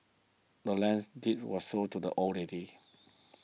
the land's deed was sold to the old lady